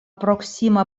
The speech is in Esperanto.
proksima